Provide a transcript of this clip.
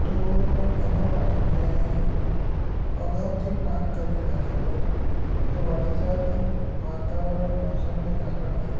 તો એના માટે મેં અગાઉથી પ્લાન કરી રાખ્યો તો કે વરસાદી વાતાવરણ મોસમને કારણે